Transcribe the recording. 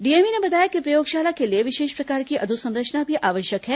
DME ने बताया कि प्रयोगशाला के लिए विशेष प्रकार की अधोसंरचना भी आवश्यक है